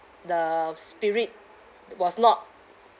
the spirit was not